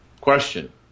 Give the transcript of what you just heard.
Question